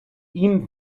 ihm